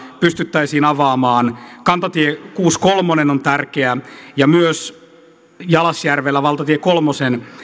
pystyttäisiin avaamaan kantatie kuusikymmentäkolme on tärkeä ja myös jalasjärvellä valtatie kolmen